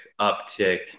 uptick